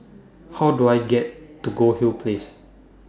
How Do I get to Goldhill Place